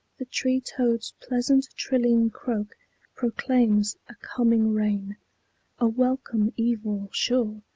the tree-toad's pleasant trilling croak proclaims a coming rain a welcome evil, sure,